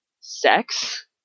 sex